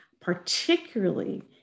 particularly